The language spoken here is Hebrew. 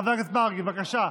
חבר הכנסת מרגי, בבקשה.